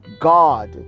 God